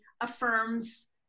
affirms